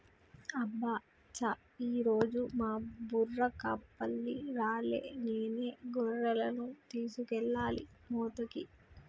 అబ్బ చా ఈరోజు మా బుర్రకపల్లి రాలే నేనే గొర్రెలను తీసుకెళ్లాలి మేతకి